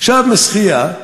שב משחייה,